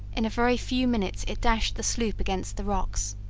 in a very few minutes it dashed the sloop against the rocks.